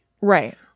Right